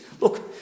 Look